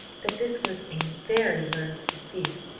that this was a very learned dispute,